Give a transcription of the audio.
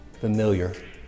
familiar